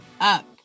up